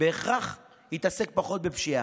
בהכרח יתעסק פחות בפשיעה.